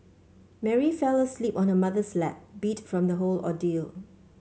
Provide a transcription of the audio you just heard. Mary fell asleep on her mother's lap beat from the whole ordeal